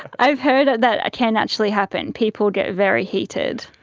i've heard that can actually happen, people get very heated.